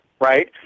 right